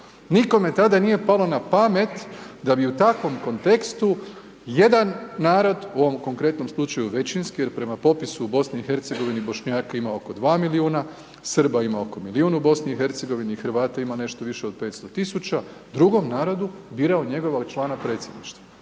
Nikome tada nije palo na pamet da bi u takvom kontekstu jedan narod, u ovom konkretnom slučaju većinski jer prema popisu BiH-a, Bošnjaka ima oko 2 milijuna, Srba ima oko milijun u BiH-u, Hrvata ima nešto više od 500 000, drugom narodu birao njegova člana predsjedništva.